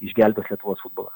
išgelbės lietuvos futbolą